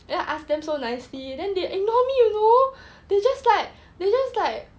then I ask them so nicely then they ignore me you know they just like they just like